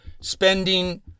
spending